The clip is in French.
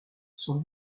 sont